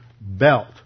belt